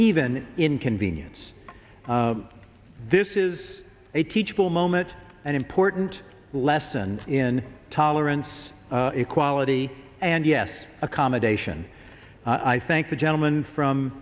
even inconvenience this is a teachable moment an important lesson in tolerance equality and yes accommodation i thank the gentleman from